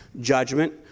Judgment